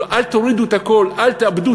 אל תורידו הכול, אל תאבדו